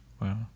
Wow